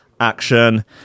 action